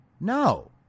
No